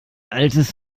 altes